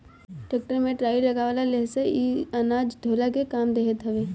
tractor में trolley लगवा लेहला से इ अनाज ढोअला के काम देत हवे